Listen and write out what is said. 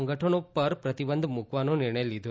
સંગઠનો ઉપર પ્રતિબંધ મુકવાનો નિર્ણય લીધો છે